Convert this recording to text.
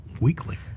weekly